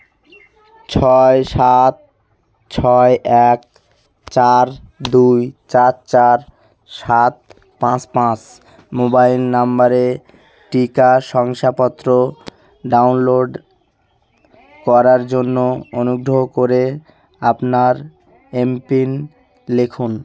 ছয় সাত ছয় এক চার দুই চার চার সাত পাঁচ পাঁচ মোবাইল নম্বরে টিকা শংসাপত্র ডাউনলোড করার জন্য অনুগ্রহ করে আপনার এম পিন লিখুন